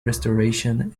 restoration